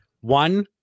One